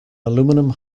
aluminium